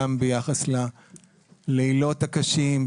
גם ביחס ללילות הקשים,